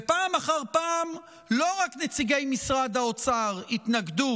ופעם אחר פעם לא רק נציגי משרד האוצר התנגדו